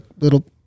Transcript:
little